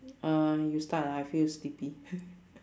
um you start lah I feel sleepy